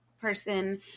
person